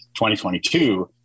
2022